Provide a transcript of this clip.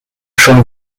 schon